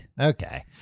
Okay